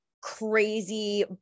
crazy